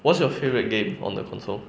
what's your favourite game on the console